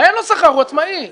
הוא עצמאי.